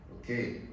Okay